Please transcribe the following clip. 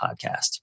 podcast